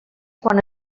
quan